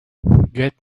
get